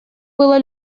было